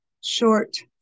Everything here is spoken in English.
short